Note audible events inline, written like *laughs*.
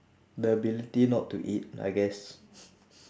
the ability not to eat I guess *laughs*